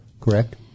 correct